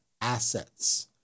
assets